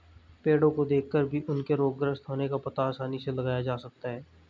पेड़ो को देखकर भी उनके रोगग्रस्त होने का पता आसानी से लगाया जा सकता है